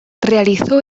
realizó